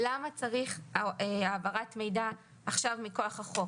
למה צריך העברת מידע עכשיו מכוח החוק?